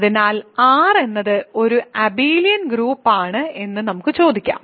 അതിനാൽ R എന്നത് ഒരു അബിലിയൻ ഗ്രൂപ്പാണ് എന്ന് നമുക്ക് ചോദിക്കാം